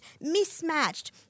mismatched